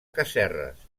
casserres